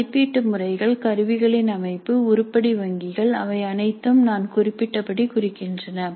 மதிப்பீட்டு முறைகள் கருவிகளின் அமைப்பு உருப்படி வங்கிகள் அவை அனைத்தும் நான் குறிப்பிட்டபடி குறிக்கின்றன